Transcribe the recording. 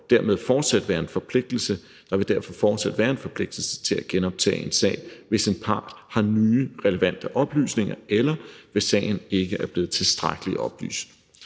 der vil derfor fortsat være en forpligtelse til at genoptage en sag, hvis en part har nye relevante oplysninger, eller hvis sagen ikke er blevet tilstrækkeligt oplyst.